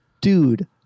Dude